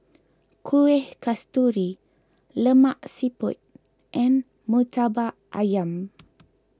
Kuih Kasturi Lemak Siput and Murtabak Ayam